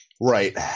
Right